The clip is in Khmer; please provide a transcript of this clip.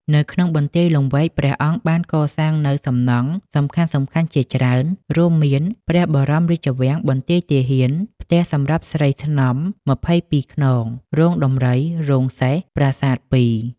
នៅក្នុងបន្ទាយលង្វែក ព្រះអង្គបានកសាងនូវសំណង់សំខាន់ៗជាច្រើន រួមមាន ព្រះបរមរាជវាំង បន្ទាយទាហាន ផ្ទះសម្រាប់ស្រីស្នំ ២២ ខ្នង រោងដំរី រោងសេះ ប្រាសាទពីរ។